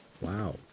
Wow